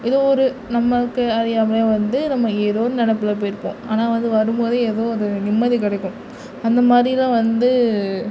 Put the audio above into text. ஏதோ ஒரு நம்மளுக்கு அறியாமல் வந்து நம்ம ஏதோ ஒரு நினப்புல போயிருப்போம் ஆனால் வந்து வரும்போது ஏதோ அது நிம்மதி கிடைக்கும் அந்த மாதிரிலாம் வந்து